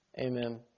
amen